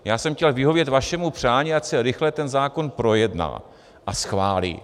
Já jsem chtěl vyhovět vašemu přání, ať se rychle ten zákon projedná a schválí.